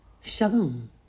Shalom